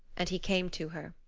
and he came to her.